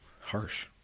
Harsh